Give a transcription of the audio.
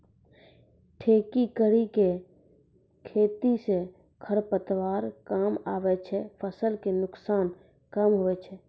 ठेकी करी के खेती से खरपतवार कमआबे छै फसल के नुकसान कम हुवै छै